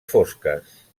fosques